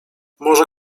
może